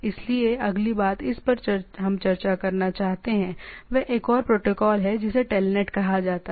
इसलिए अगली बात जिस पर हम चर्चा करना चाहते हैं वह एक और प्रोटोकॉल है जिसे TELNET कहा जाता है